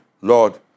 Lord